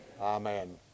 Amen